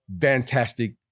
fantastic